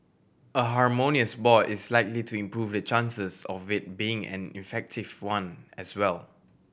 a harmonious board is likely to improve the chances of it being an effective one as well